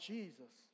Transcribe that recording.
Jesus